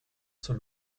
zur